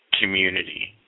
community